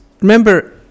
Remember